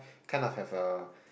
kind of have uh